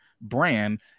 brand